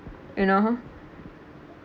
you know